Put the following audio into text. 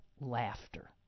laughter